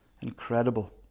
Incredible